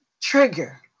trigger